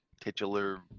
titular